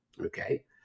Okay